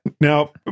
Now